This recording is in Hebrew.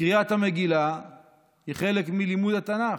קריאת המגילה היא חלק מלימוד התנ"ך,